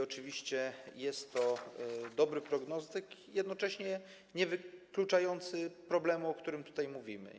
Oczywiście jest to dobry prognostyk, jednocześnie niewykluczający problemu, o którym tutaj mówimy.